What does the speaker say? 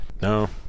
No